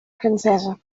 francesa